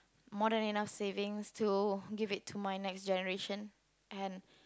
more than enough savings to give it to my next generation and